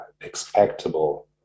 expectable